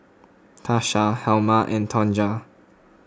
Tasha Helma and Tonja